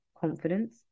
confidence